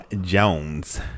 Jones